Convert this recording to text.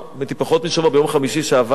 ביום חמישי שעבר,